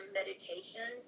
meditation